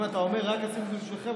אם אתה אומר "עשינו את זה רק בשבילכם",